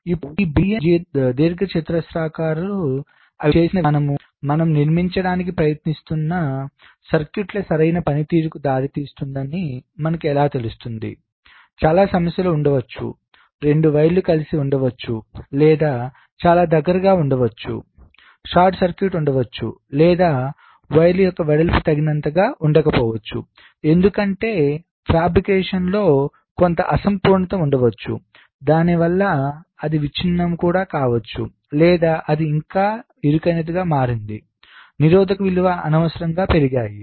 ఇప్పుడు ఈ బిలియన్ల దీర్ఘచతురస్రాకార ఆకారాలు అవి వేసిన విధానం మనం నిర్మించడానికి ప్రయత్నిస్తున్న సర్క్యూట్ల సరైన పనితీరుకు దారి తీస్తుందని మనకు ఎలా తెలుస్తుంది చాలా సమస్యలు ఉండవచ్చు రెండు వైర్లు కలిసి ఉండవచ్చు లేదా చాలా దగ్గరగా ఉండవచ్చు షార్ట్ సర్క్యూట్ ఉండవచ్చు లేదా వైర్ యొక్క వెడల్పు తగినంతగా ఉండకపోవచ్చు ఎందుకంటే ఫాబ్రికేషన్లో కొంత అసంపూర్ణత ఉండవచ్చు దానివల్ల అది విచ్ఛిన్నం కావచ్చు లేదా అది చాలా ఇరుకైనదిగా మారింది నిరోధక విలువ అనవసరంగా పెరిగాయి